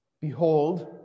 Behold